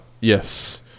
Yes